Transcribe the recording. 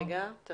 את זה